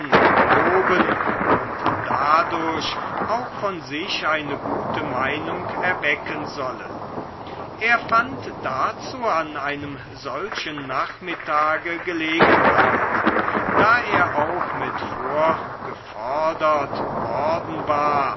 loben und dadurch auch von sich eine gute meinung erwecken solle er fand dazu an einem solchen nachmittage gelegenheit da er auch mit vorgefordert worden war